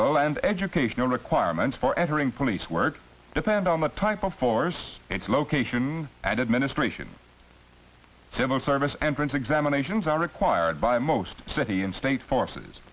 physical and educational requirements for entering police work depend on the type of force its location and administration civil service entrance examinations are required by most city and state forces